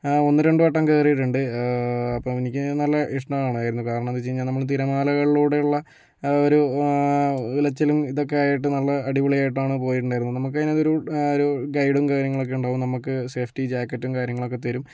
ഒന്ന് രണ്ട് വട്ടം കയറിയിട്ടുണ്ട് അപ്പം എനിക്ക് നല്ല ഇഷ്ടാണ് ആയിരുന്നു കാരണം എന്താന്ന് വച്ച് കഴിഞ്ഞാൽ നമ്മള് തിരമാലകളിലൂടെയുള്ള ഒരു ഉലച്ചിലും ഇതൊക്കെ ആയിട്ട് നല്ല അടിപൊളി ആയിട്ടാണ് പോയിട്ടൊണ്ടായിരുന്നത് നമുക്ക് തന്നെ ഒരു ഒരു ഗൈഡും കാര്യങ്ങളക്കേണ്ടാവും നമുക്ക് സേഫ്റ്റി ജാക്കറ്റും കാര്യങ്ങളൊക്കെ തരും